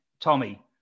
Tommy